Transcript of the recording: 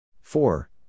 Four